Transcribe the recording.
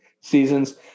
seasons